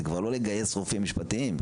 זה כבר לא לגייס רופאים משפטיים,